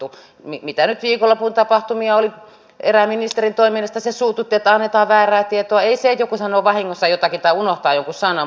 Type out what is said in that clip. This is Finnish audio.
mitä nyt viikonlopun tapahtumia oli erään ministerin toiminnasta se suututti että annetaan väärää tietoa ei se että joku sanoo vahingossa jotakin tai unohtaa jonkun sanan se suututti jos tahallaan pimitetään